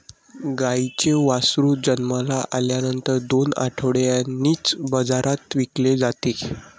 गाईचे वासरू जन्माला आल्यानंतर दोन आठवड्यांनीच बाजारात विकले जाते